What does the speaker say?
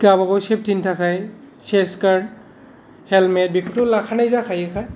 गाबाव सेफ्टि नि थाखाय सेस्ट गार्ड हेलमेट बेखौथ' लाखानाय जाखायोखा